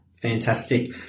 Fantastic